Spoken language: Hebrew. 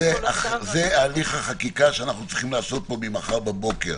זה הליך החקיקה שאנחנו צריכים לעשות פה ממחר בבוקר.